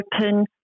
open